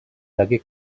degué